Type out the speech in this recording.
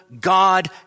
God